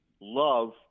love